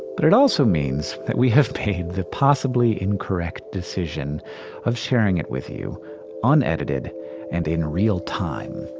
but it also means that we have made the possibly incorrect decision of sharing it with you unedited and in real time.